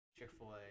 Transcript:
Chick-fil-A